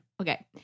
Okay